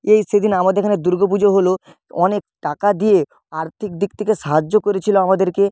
এই সেদিন আমাদের এখানে দুর্গো পুজো হল অনেক টাকা দিয়ে আর্থিক দিক থেকে সাহায্য করেছিলো আমাদেরকে